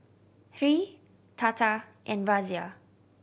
Hri Tata and Razia